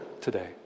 today